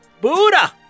Buddha